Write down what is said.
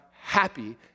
happy